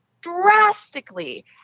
drastically